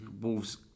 Wolves